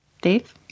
Dave